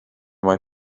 mae